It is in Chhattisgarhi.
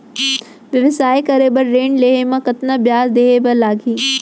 व्यवसाय करे बर ऋण लेहे म कतना ब्याज देहे बर लागही?